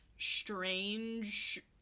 Strange